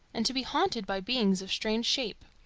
and to be haunted by beings of strange shape.